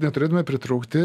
neturėtume pritrūkti